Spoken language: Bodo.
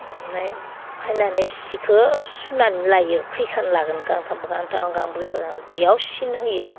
ओमफ्राय फैनानै सिखौ सुनानै लायो खैखान लागोन गांथाम बा गांथाम गांब्रै बा गांब्रै बेयाव सिन होयो